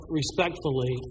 respectfully